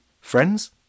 Friends